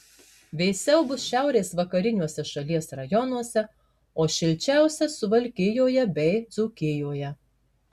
vėsiau bus šiaurės vakariniuose šalies rajonuose o šilčiausia suvalkijoje bei dzūkijoje